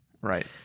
Right